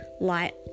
light